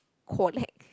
collect